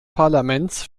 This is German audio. parlaments